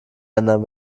ländern